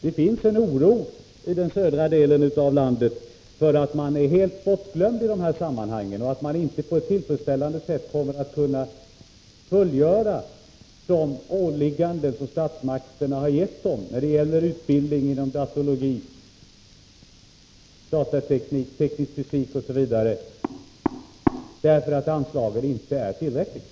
Det finns en oro i den södra delen av landet för att man är helt bortglömd i de här sammanhangen och för att man inte på ett tillfredsställande sätt kommer att kunna fullgöra de åligganden som statsmakterna har gett dem när det gäller utbildning inom datologi, datateknik, teknisk fysik och elektronik därför att anslagen inte är tillräckliga.